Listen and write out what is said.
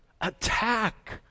attack